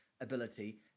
ability